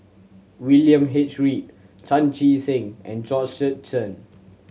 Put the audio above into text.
William H Read Chan Chee Seng and Georgette Chen